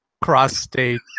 cross-state